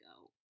go